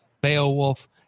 Beowulf